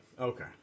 Okay